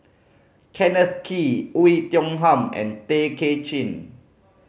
Kenneth Kee Oei Tiong Ham and Tay Kay Chin